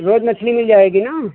रोज मछली मिल जाएगी ना